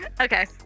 Okay